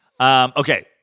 Okay